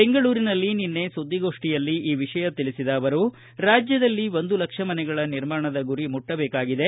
ಬೆಂಗಳೂರಿನಲ್ಲಿ ನಿನ್ನೆ ಸುದ್ದಿಗೋಷ್ಠಿಯಲ್ಲಿ ಈ ವಿಷಯ ತಿಳಿಸಿದ ಅವರು ರಾಜ್ಯದಲ್ಲಿ ಒಂದು ಲಕ್ಷ ಮನೆಗಳ ನಿರ್ಮಾಣದ ಗುರಿ ಮುಟ್ಟಬೇಕಾಗಿದೆ